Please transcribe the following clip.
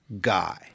guy